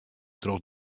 troch